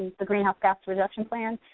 the greenhouse gas reduction plan,